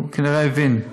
הוא כנראה הבין.